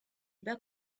bas